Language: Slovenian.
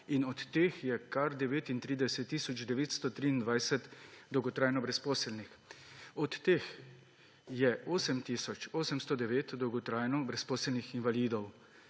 in od teh je kar 39 tisoč 923 dolgotrajno brezposelnih. Od teh je 8 tisoč 809 dolgotrajno brezposelnih invalidov.